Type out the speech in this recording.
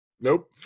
Nope